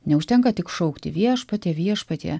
neužtenka tik šaukti viešpatie viešpatie